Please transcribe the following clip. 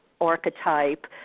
archetype